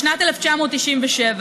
בשנת 1997,